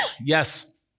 Yes